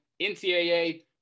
NCAA –